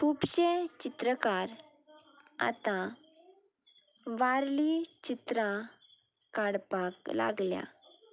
खुबशे चित्रकार आतां वारली चित्रां काडपाक लागल्या